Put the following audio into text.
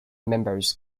members